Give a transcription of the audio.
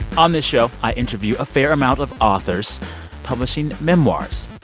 on this show, i interview a fair amount of authors publishing memoirs.